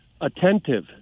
attentive